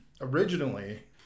originally